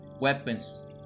weapons